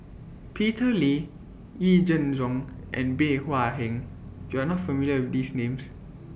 Peter Lee Yee Jenn Jong and Bey Hua Heng YOU Are not familiar with These Names